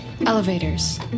Elevators